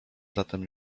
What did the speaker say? zatem